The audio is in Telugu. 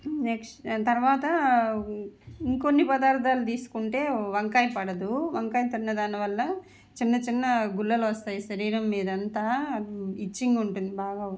నెక్స్ట్ తర్వాత ఇంకొన్ని పదార్థాలు తీసుకుంటే వంకాయ పడదు వంకాయ తిన్నదాని వల్ల చిన్న చిన్న గుల్లలు వస్తాయి శరీరం మీద అంతా ఇచ్చింగ్ ఉంటుంది బాగా